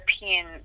European